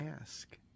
ask